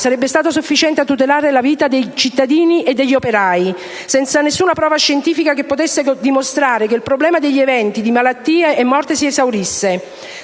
sarebbe stata sufficiente a tutelare la vita dei cittadini e degli operai, senza nessuna prova scientifica che potesse dimostrare che il problema degli eventi di malattia e morte si esaurisse.